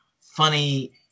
funny